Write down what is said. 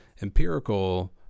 empirical